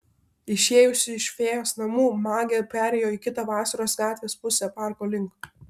išėjusi iš fėjos namų magė perėjo į kitą vasaros gatvės pusę parko link